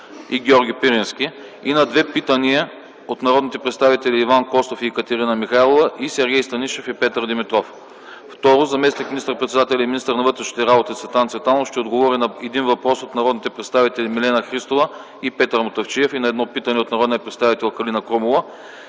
и на две питания от народните представители Иван Костов и Екатерина Михайлова; и Сергей Станишев и Петър Димитров. 2. Заместник министър-председателят и министър на вътрешните работи Цветан Цветанов ще отговори на един въпрос от народните представители Милена Христова и Петър Мутафчиев и на едно питане от народния представител Калина Крумова.